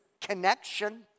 connection